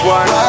one